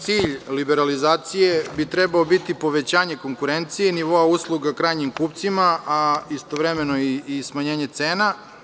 Cilj liberalizacije bi trebao biti povećanje konkurencije i nivoa usluga krajnjim kupcima, a istovremeno i smanjenje cena.